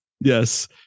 Yes